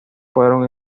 fueron